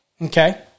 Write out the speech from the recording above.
okay